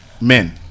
men